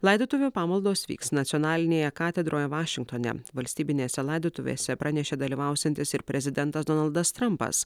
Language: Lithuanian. laidotuvių pamaldos vyks nacionalinėje katedroje vašingtone valstybinėse laidotuvėse pranešė dalyvausiantis ir prezidentas donaldas trumpas